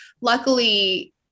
Luckily